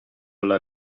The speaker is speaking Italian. alla